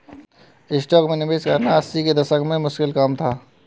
stocks में निवेश करना अस्सी के दशक में मुश्किल काम था